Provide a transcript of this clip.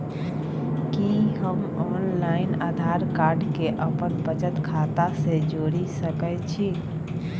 कि हम online Aadhaar card के अपन बचत खाता से जोरि सकै छी?